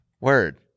word